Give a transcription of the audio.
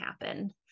happen